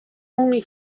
only